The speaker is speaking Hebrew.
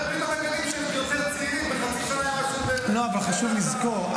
פתאום מגלים שהם יותר צעירים בחצי שנה מעבר --- אבל חשוב לזכור,